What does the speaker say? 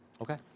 Okay